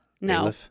No